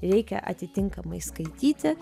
reikia atitinkamai skaityti